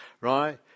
right